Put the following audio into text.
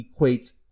equates